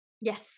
Yes